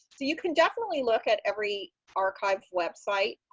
so you can definitely look at every archive website